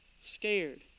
scared